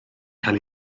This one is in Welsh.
cael